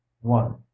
one